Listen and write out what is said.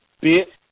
bit